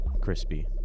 crispy